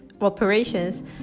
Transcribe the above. operations